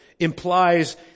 implies